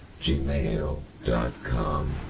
gmail.com